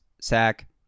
sack